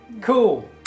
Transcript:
Cool